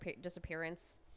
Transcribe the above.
disappearance